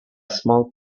small